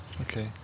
Okay